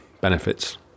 benefits